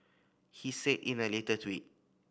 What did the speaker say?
he said in a later tweet